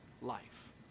life